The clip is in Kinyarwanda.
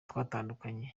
twatandukanye